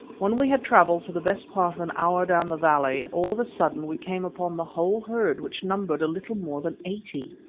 when we had travelled for the best part of an hour down the valley, all of a sudden we came upon the whole herd, which numbered a little more than eighty.